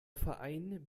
verein